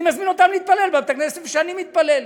אני מזמין אותם להתפלל בבית-הכנסת שאני מתפלל.